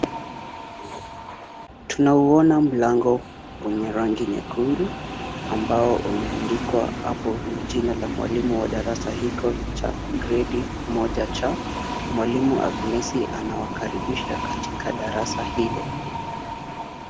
Tunauona mlango wenye rangi nyekundu ambao umeandikwa hapo na jina la mwalimu wa darasa hiko cha gredi moja cha, mwalimu Agnes anawakaribisha katika darasa hilo.